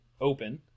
open